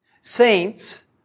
saints